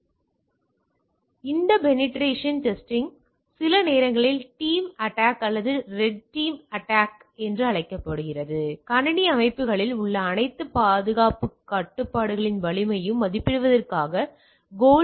இப்போது இந்த penetration testing சில நேரங்களில் டீம் அட்டாக் அல்லது ரெட் டீம் அட்டாக் என்றும் அழைக்கப்படுகிறது இது கணினி அமைப்புகளில் உள்ள அனைத்து பாதுகாப்புக் கட்டுப்பாடுகளின் வலிமையையும் மதிப்பிடுவதற்கான கோல்